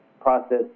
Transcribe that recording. process